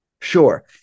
Sure